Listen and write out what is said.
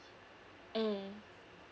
mm